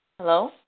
Hello